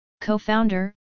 Co-Founder